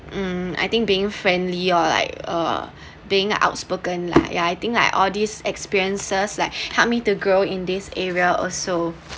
um I think being friendly or like uh being outspoken lah ya I think like all these experiences like help me to grow in this area also